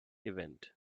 event